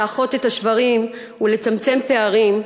לאחות את השברים ולצמצם פערים,